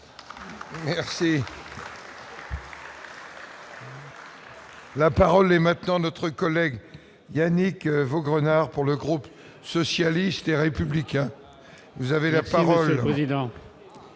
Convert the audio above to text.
La parole est maintenant notre collègue il Yannick Vaugrenard, pour le groupe socialiste et républicain, vous avez la parole.